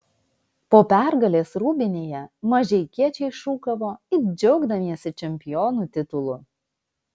po pergalės rūbinėje mažeikiečiai šūkavo it džiaugdamiesi čempionų titulu